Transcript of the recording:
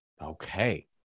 Okay